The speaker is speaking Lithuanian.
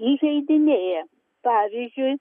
įžeidinėja pavyzdžiui